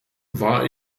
war